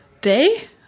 day